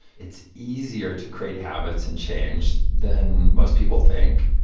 it's easier to create habits and change than most people think,